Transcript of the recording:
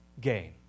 gain